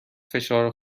فشار